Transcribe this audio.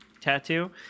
tattoo